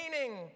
meaning